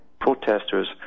protesters